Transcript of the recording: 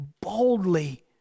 boldly